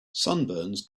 sunburns